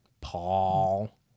Paul